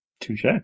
Touche